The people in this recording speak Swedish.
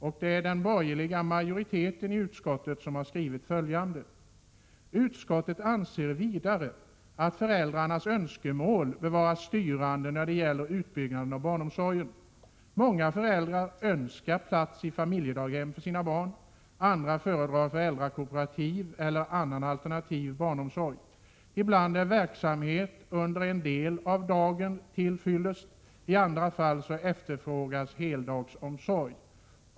Där har den borgerliga majoriteten i utskottet skrivit följande: ”Utskottet anser vidare att föräldrarnas önskemål bör vara styrande när det gäller utbyggnaden av barnomsorgen. Många föräldrar önskar plats i familjedaghem för sina barn. Andra föredrar föräldrakooperativ eller annan alternativ barnomsorg. Ibland är verksamhet under en del av dagen till fyllest, i andra fall efterfrågas heldagsomsorg.